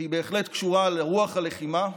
והיא בהחלט קשורה לרוח הלחימה,